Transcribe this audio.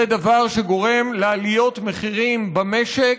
זה דבר שגורם לעליות מחירים במשק.